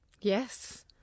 Yes